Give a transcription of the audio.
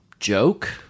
joke